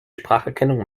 spracherkennung